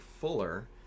fuller